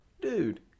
Dude